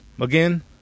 again